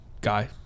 guy